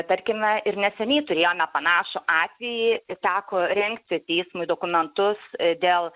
tarkime ir neseniai turėjome panašų atvejį ir teko rengti teismui dokumentus dėl